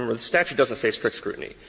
ah the statute doesn't say strict scrutiny.